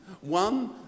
One